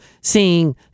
seeing